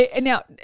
Now